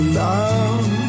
love